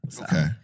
Okay